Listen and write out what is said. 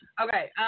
Okay